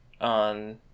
on